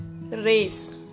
race